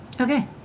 Okay